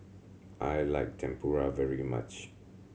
I like Tempura very much